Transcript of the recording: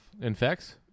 Infects